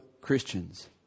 Christians